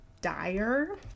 dire